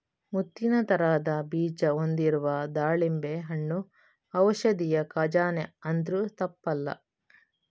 ಮುತ್ತಿನ ತರದ ಬೀಜ ಹೊಂದಿರುವ ದಾಳಿಂಬೆ ಹಣ್ಣು ಔಷಧಿಯ ಖಜಾನೆ ಅಂದ್ರೂ ತಪ್ಪಲ್ಲ